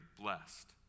blessed